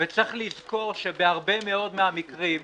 צריך לזכור שבהרבה מאוד מן המקרים,